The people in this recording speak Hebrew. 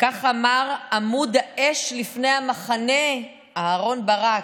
כך אמר עמוד האש לפני המחנה אהרן ברק.